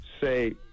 say